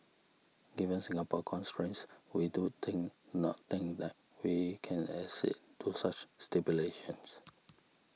given Singapore's constraints we do think not think that we can accede to such stipulations